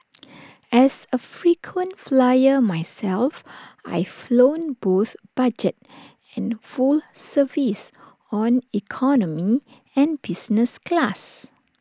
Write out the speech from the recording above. as A frequent flyer myself I've flown both budget and full service on economy and business class